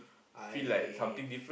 I